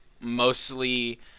mostly